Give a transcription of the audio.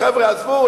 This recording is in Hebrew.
חבר'ה, עזבו.